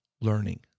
learning